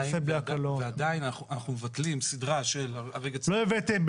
ועדיין אנחנו מבטלים סדרה של חמש,